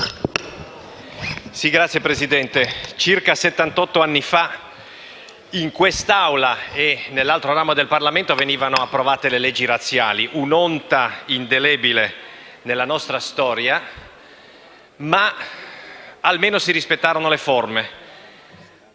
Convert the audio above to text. Signora Presidente, circa settantotto anni fa, in quest'Aula e nell'altro ramo del Parlamento, venivano approvate le leggi razziali: un'onta indelebile nella nostra storia, ma almeno allora si rispettarono le forme.